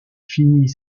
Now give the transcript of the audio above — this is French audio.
finit